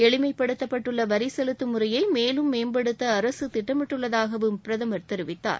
எளிமைப்படுத்தப்பட்டுள்ள வரி செலுத்தும் முறையை மேலும் மேம்படுத்த அரசு திட்டமிட்டுள்ளதாகவும் பிரதமர் தெரிவித்தார்